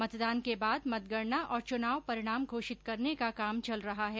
मतदान के बाद मतगणना और चुनाव परिणाम घोषित करने का काम चल रहा है